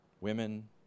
women